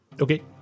Okay